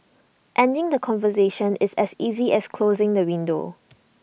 ending the conversation is as easy as closing the window